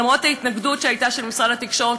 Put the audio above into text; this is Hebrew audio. למרות ההתנגדות שהייתה של משרד התקשורת,